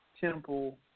temple